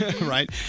right